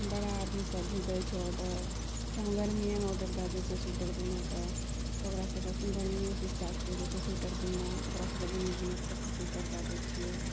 बड़ा आदमी सभ भी दै छै ऑर्डर एहिठाम गर्मियेमे दए दै छै ऑर्डर स्वेटर बुनै कऽ तऽ ओकरा सभके गर्मियेसँ स्टार्ट करि दय छियै स्वेटर बुनना ओकरा सभके बुनि बुनि कऽ सभके स्वेटर दए दै छियै